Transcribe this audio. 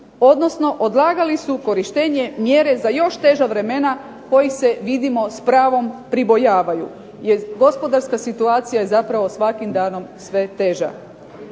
odnosno odlagali su korištenje mjere za još teža vremena kojih se vidimo s pravom pribojavaju jer gospodarska situacija je zapravo svakim danom sve teža.